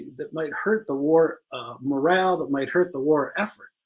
that might hurt the war morale, that might hurt the war effort.